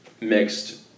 mixed